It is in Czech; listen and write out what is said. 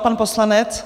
Pan poslanec?